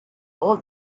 all